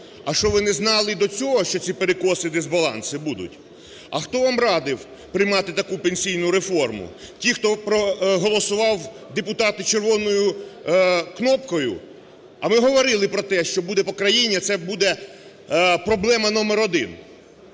А що, ви не знали до цього, що ці перекоси, дисбаланси будуть? А хто вам радив приймати таку пенсійну реформу? Ті, хто проголосував, депутати, червоною кнопкою? А ми говорили про те, що буде по країні, це буде проблема номер 1.